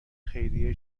خیریه